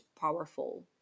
powerful